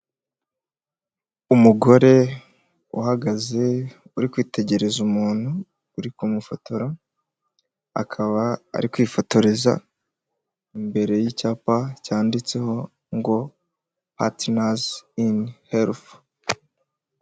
Umugore uhagaze, uri kwitegereza umuntu, uri kumufotora, akaba ari kwifotoreza, imbere y'icyapa cyanditseho ngo patinazi ini herifu.